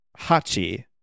Hachi